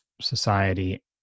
society